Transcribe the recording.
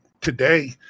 today